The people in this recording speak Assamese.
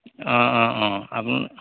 আপো